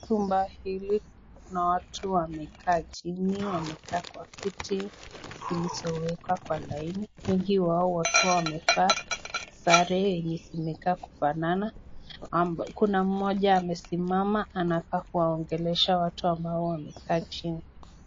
Nyumba hili kuna watu wamekaa chini, wamekaa kwa viti zilizo wekwa kwa laini wengi wao wakiwa wamevaa sare zenye zimekaa karibu kufanana. Kuna mmoja amesimama anafaa kuwaongelesha watu ambao wamekaa chini.